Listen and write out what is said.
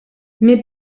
mais